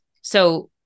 So-